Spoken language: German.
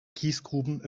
kiesgruben